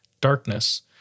darkness